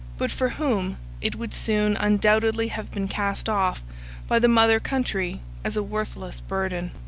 but for whom it would soon undoubtedly have been cast off by the mother country as a worthless burden.